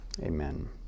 Amen